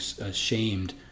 ashamed